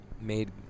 made